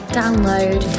download